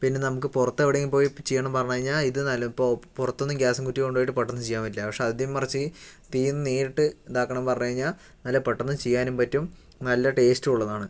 പിന്നെ നമുക്ക് പുറത്തെവിടെയും പോയി ചെയ്യണമെന്ന് പറഞ്ഞ് കഴിഞ്ഞാൽ ഇത് നല്ലത് പൊ പുറത്തൊന്നും ഗ്യാസും കുറ്റി കൊണ്ട് പോയിട്ട് പെട്ടന്ന് ചെയ്യാൻ പറ്റില്ല പക്ഷെ ആദ്യം കുറച്ച് തീയൊന്ന് ഇട്ട് ഇതാക്കാനാണ് പറഞ്ഞ് കഴിഞ്ഞാൽ നല്ല പെട്ടന്ന് ചെയ്യാനും പറ്റും നല്ല ടേസ്റ്റും ഉള്ളതാണ്